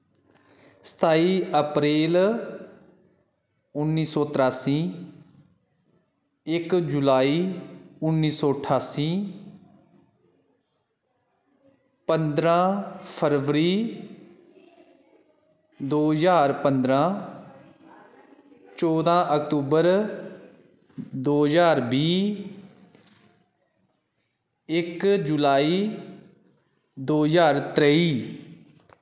सताई अप्रेल उन्नी सौ तरासी इक जुलाई उन्नी सौ ठास्सी पंदरां फरवरी दो ज्हार पंदरां चौह्दां अक्तूबर दो ज्हार बीह् इक जुलाई दो ज्हार त्रेई